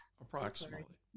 Approximately